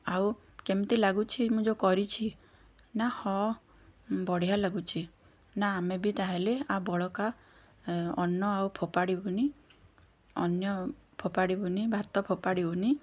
ଆଉ କେମିତି ଲାଗୁଛି ମୁଁ ଯେଉଁ କରିଛି ନା ହଁ ବଢ଼ିଆ ଲାଗୁଛି ନା ଆମେ ବି ତାହେଲେ ଆ ବଳକା ଅନ୍ନ ଆଉ ଫୋପାଡ଼ିବୁନି ଅନ୍ୟ ଫୋପାଡ଼ିବୁନି ଭାତ ଫୋପାଡ଼ିବୁନି